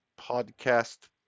podcast